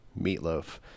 meatloaf